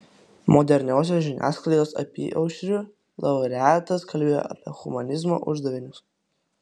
moderniosios žiniasklaidos apyaušriu laureatas kalbėjo apie humanizmo uždavinius